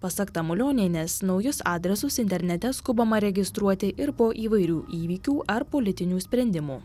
pasak tamulionienės naujus adresus internete skubama registruoti ir po įvairių įvykių ar politinių sprendimų